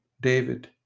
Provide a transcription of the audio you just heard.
David